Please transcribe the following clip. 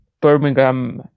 Birmingham